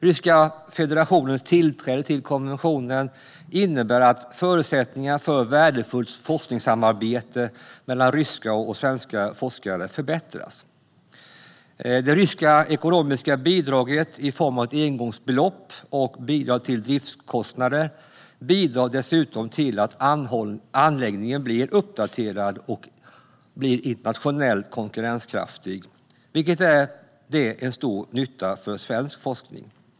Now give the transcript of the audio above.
Ryska federationens tillträde till konventionen innebär att förutsättningarna för värdefullt forskningssamarbete mellan ryska och svenska forskare förbättras. Det ryska ekonomiska bidraget i form av ett engångsbelopp och bidrag till driftskostnader bidrar dessutom till att anläggningen hålls uppdaterad och internationellt konkurrenskraftig, vilket är till stor nytta för svensk forskning.